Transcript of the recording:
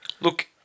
Look